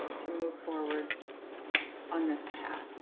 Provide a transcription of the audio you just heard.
to move forward on this path